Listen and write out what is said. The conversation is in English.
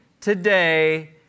today